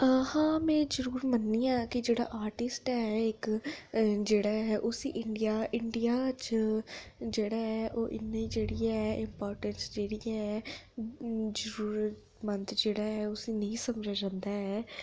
हां हां में जरूर मन्ननी आं कि जेह्ड़ा आर्टिस्ट ऐ इक जेह्ड़ा उसी इंडिया इंडिया च जेह्ड़ा ऐ ओह् इन्नी जेह्ड़ी ऐ इम्पार्टैंस जेह्ड़ी ऐ जरूरतमंद जेह्ड़ा ऐ उसी नेईं समझेआ जंदा ऐ